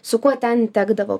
su kuo ten tekdavo